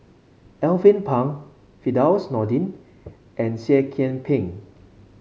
Alvin Pang Firdaus Nordin and Seah Kian Peng